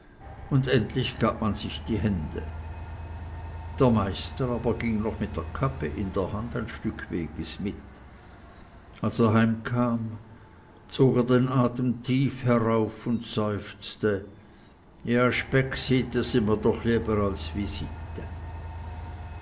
und endlich gab man sich die hände der meister ging aber noch mit der kappe in der hand ein stück wegs mit als er heim kam zog er den atem tief herauf und seufzte ja specksiti sy mr doch lieber als visiti